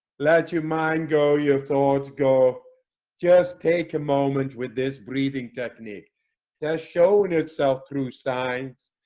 let your mind go your thoughts go just take a moment with this breathing technique they're showing itself through signs.